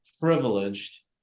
privileged